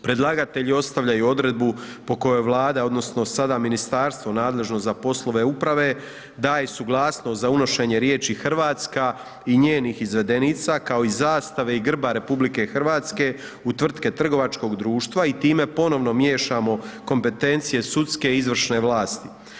Predlagatelji ostavljaju odredbu po kojoj Vlada odnosno sada ministarstvo nadležno za poslove uprave daje suglasnost za unošenje riječi Hrvatska i njenih izvedenica, kao i zastave i grba RH u tvrtke trgovačkog društva i time ponovno miješamo kompetencije sudske izvršne vlasti.